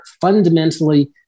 fundamentally